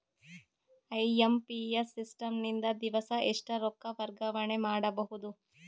IMPS system ನಿಂದ ದಿವಸಾ ಎಷ್ಟ ರೊಕ್ಕ ವರ್ಗಾವಣೆ ಮಾಡಬಹುದು?